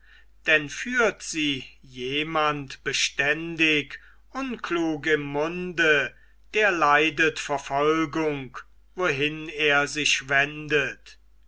denn führt sie jemand beständig unklug im munde der leidet verfolgung wohin er sich wendet